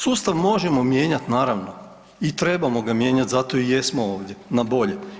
Sustav možemo mijenjati naravno i trebamo ga mijenjati zato i jesmo ovdje na bolje.